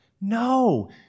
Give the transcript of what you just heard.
no